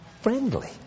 friendly